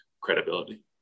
credibility